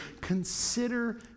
Consider